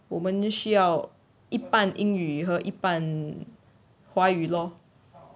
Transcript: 我们需要一半英语和一半华语 lor